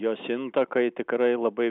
jos intakai tikrai labai